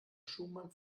schumann